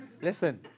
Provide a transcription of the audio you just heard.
Listen